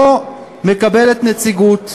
לא מקבלת נציגות,